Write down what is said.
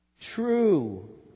true